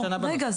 רגע,